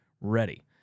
Ready